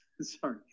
Sorry